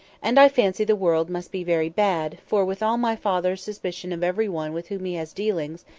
and i fancy the world must be very bad, for with all my father's suspicion of every one with whom he has dealings,